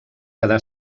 quedà